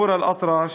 נורא אלאטרש,